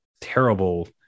terrible